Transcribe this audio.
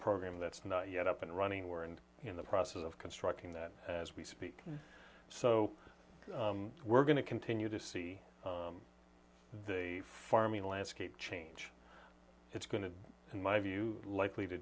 program that's not yet up and running where and in the process of constructing that as we speak so we're going to continue to see the farming landscape change it's going to in my view likely to